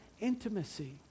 intimacy